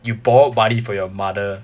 you borrowed money from your mother